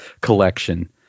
collection